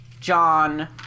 John